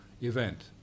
event